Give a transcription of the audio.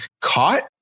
caught